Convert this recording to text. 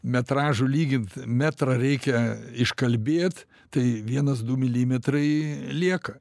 metražu lygint metrą reikia iškalbėt tai vienas du milimetrai lieka